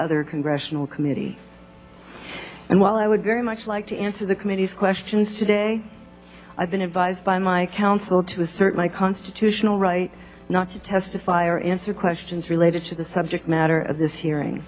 other congressional committee and while i would very much like to answer the committee's questions today i've been advised by my counsel to assert my constitutional right not to testify or answer questions related to the subject matter of this hearing